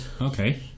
Okay